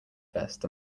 vest